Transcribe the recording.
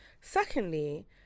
Secondly